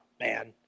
man